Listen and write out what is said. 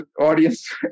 audience